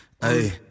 hey